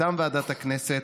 מטעם ועדת הכנסת,